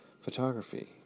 photography